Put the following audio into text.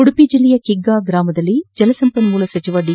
ಉಡುಪಿ ಜಿಲ್ಲೆಯ ಕಿಗ್ಗಾ ಗ್ರಾಮದಲ್ಲಿ ಜಲಸಂಪನ್ಮೂಲ ಸಚಿವ ದಿ